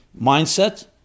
mindset